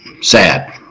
sad